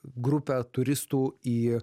grupę turistų į